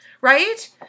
right